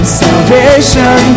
salvation